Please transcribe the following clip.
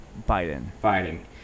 Biden